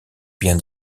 bien